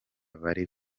bari